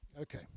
Okay